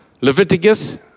Leviticus